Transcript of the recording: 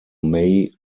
may